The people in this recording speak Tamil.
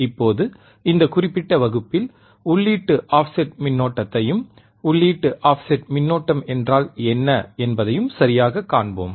இப்போது இந்த குறிப்பிட்ட வகுப்பில் உள்ளீட்டு ஆஃப்செட் மின்னோட்டத்தையும் உள்ளீட்டு ஆஃப்செட் மின்னோட்டம் என்றால் என்ன என்பதையும் சரியாகக் காண்போம்